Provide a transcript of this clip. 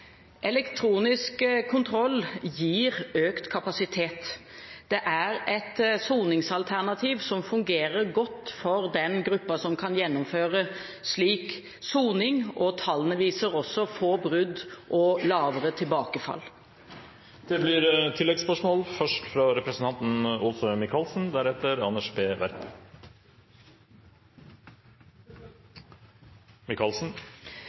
Elektronisk kontroll gir økt kapasitet. Det er et soningsalternativ som fungerer godt for den gruppen som kan gjennomføre slik soning. Tallene viser også få brudd og lavere tilbakefall. Åse Michaelsen – til oppfølgingsspørsmål. Det